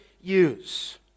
use